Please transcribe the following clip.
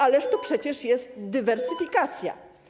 Ależ to przecież jest dywersyfikacja.